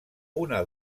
una